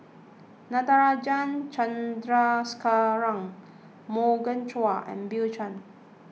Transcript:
Natarajan Chandrasekaran Morgan Chua and Bill Chen